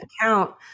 account